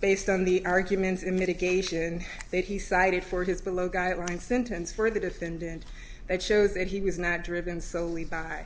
based on the arguments in mitigation that he cited for his below guideline sentence for the defendant that shows that he was not driven solely by